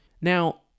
Now